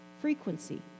frequency